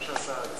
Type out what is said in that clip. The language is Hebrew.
מה שהשר הציע.